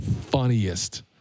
funniest